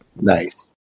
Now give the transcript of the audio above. Nice